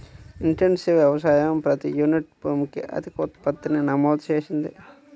intensive వ్యవసాయం ప్రతి unit భూమికి అధిక ఉత్పత్తిని నమోదు చేసింది